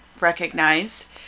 recognize